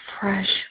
fresh